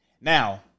Now